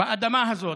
באדמה הזאת,